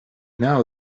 now